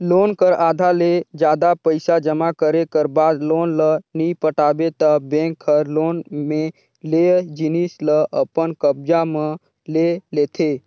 loan कर आधा ले जादा पइसा जमा करे कर बाद लोन ल नी पटाबे ता बेंक हर लोन में लेय जिनिस ल अपन कब्जा म ले लेथे